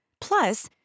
Plus